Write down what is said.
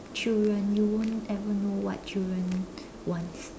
children you won't ever know what children wants